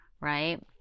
Right